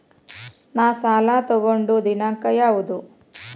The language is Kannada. ನಾ ಸಾಲ ತಗೊಂಡು ದಿನಾಂಕ ಯಾವುದು?